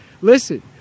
listen